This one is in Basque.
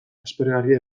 aspergarria